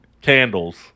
candles